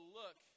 look